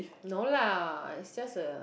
no lah is just a